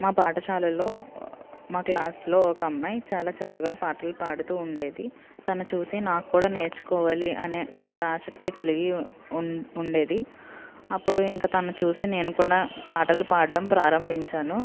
మా పాఠశాలలో మా క్లాసులో ఒక అమ్మాయి చాలా చక్కగా పాటలు పాడుతూ ఉండేది తన్ని చూసి నాకు కూడా నేర్చుకోవాలి అనే చాలా ఆసక్తి కలిగి ఉన్ ఉండేది అప్పుడు ఇంక తన్నీ చూసి నేను కూడా పాటలు పాడ్డం ప్రారంభించాను